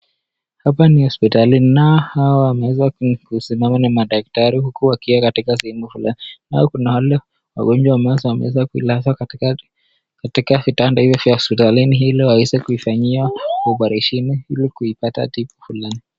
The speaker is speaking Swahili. Hapa ni hospitali na hawa wameweza kusimama ni madaktari huku wakiwa sehemu fulani. Kuna wale wagonjwa wamelazwa kwa vitanda za hospitalini ili waweze kufanyiwa oparesheni ili kuipata tiba fulani.